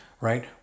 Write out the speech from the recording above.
right